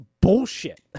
bullshit